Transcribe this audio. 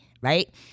right